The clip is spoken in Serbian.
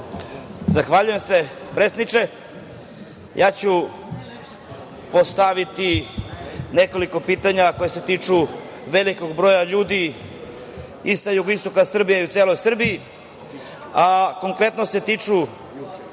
Zahvaljujem se predsedniče. Postaviću nekoliko pitanja koje se tiču velikog broja ljudi i sa jugoistoka Srbije i u celoj Srbiji, a konkretno se tiču